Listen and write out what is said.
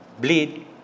bleed